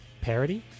Parody